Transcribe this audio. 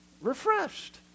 refreshed